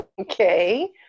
Okay